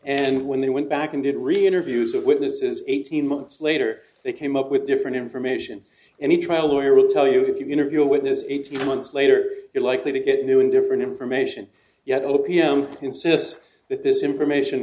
and when they went back and did read interviews with witnesses eighteen months later they came up with different information and a trial lawyer will tell you if you interview a witness eighteen months later you're likely to get new and different information yet o p m insists that this information